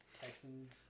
Texans